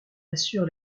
assure